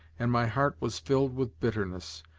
and my heart was filled with bitterness.